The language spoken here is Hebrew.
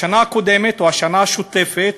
השנה הקודמת או השנה השוטפת,